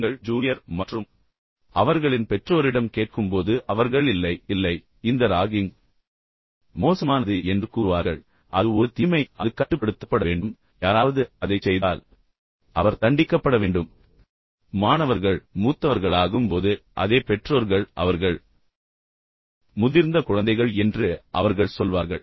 நீங்கள் ஜூனியர் மற்றும் அவர்களின் பெற்றோரிடம் கேட்கும்போது அவர்கள் இல்லை இல்லை இந்த ராகிங் மோசமானது என்று கூறுவார்கள் அது ஒரு தீமை அது கட்டுப்படுத்தப்பட வேண்டும் யாராவது அதைச் செய்தால் அது புகாரளிக்கப்பட வேண்டும் அவர் அல்லது அவள் கடுமையாக தண்டிக்கப்பட வேண்டும் இப்போது மாணவர்கள் மூத்தவர்களாகும்போது அதே பெற்றோர்கள் எனவே இப்போது அவர்கள் முதிர்ந்த குழந்தைகள் என்று அவர்கள் சொல்வார்கள்